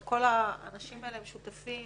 גם כל האנשים האלה הם שותפים